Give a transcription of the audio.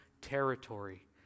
territory